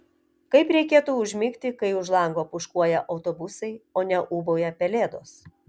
kaip reikėtų užmigti kai už lango pūškuoja autobusai o ne ūbauja pelėdos